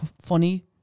funny